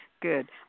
good